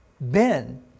Ben